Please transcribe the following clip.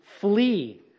flee